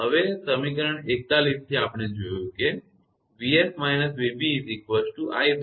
હવે સમીકરણ 41 થી આપણે જોયું છે કે 𝑣𝑓 − 𝑣𝑏 𝑖𝑍𝑐